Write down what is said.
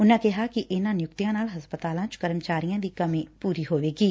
ਉਨਾਂ ਕਿਹਾ ਕਿ ਇਨਾਂ ਨਿਯੁਕਤੀਆਂ ਨਾਲ ਹਸਪਤਾਲਾਂ ਵਿਚ ਕਰਮਚਾਰੀਆਂ ਦੀ ਕਮੀ ਪੁਰੀ ਹੋਵੇਗੀ